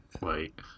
Wait